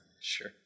Sure